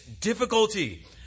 difficulty